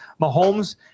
Mahomes